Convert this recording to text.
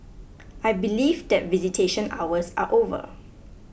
I believe that visitation hours are over